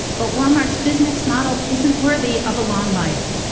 but walmart's business model isn't worthy of a long life.